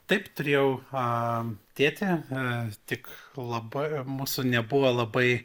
taip turėjau a tėtį e tik labai mūsų nebuvo labai